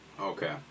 Okay